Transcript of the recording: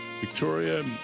Victoria